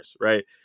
Right